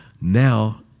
Now